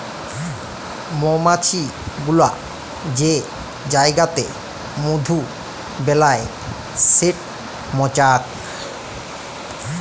মমাছি গুলা যে জাইগাতে মধু বেলায় সেট মচাক